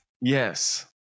Yes